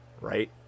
right